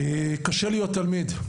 קשה להיות תלמיד,